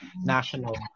national